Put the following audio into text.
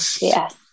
Yes